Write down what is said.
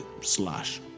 slash